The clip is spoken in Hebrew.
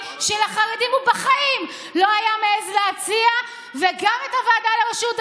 יהיה בראש הוועדה לבחירת